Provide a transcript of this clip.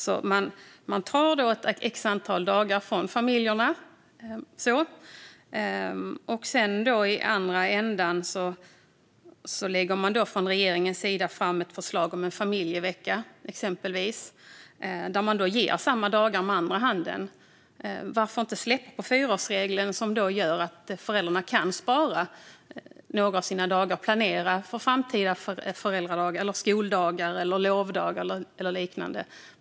Regeringen tar ett visst antal dagar från familjerna och lägger sedan fram ett förslag om en familjevecka och ger alltså samma antal dagar med den andra handen. Varför inte släppa fyraårsregeln som gör att föräldrarna kan spara några av sina dagar? Då kan de planera för framtida föräldradagar, skoldagar, lovdagar eller liknande.